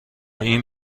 این